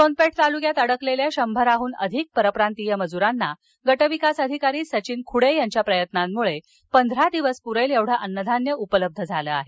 सोनपेठ तालुक्यात अडकलेल्या शंभराहन अधिक परप्रांतीय मज्रांना गटविकास अधिकारी सचिन खुडे यांच्या प्रयत्नामुळे पधरा दिवस पुरेल एवढ अन्नधान्य उपलब्ध झाले आहे